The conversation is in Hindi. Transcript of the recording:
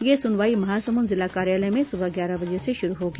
यह सुनवाई महासमुंद जिला कार्यालय में सुबह ग्यारह बजे से शुरू होगी